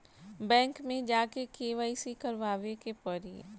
Bank मे जा के के.वाइ.सी करबाबे के पड़ी?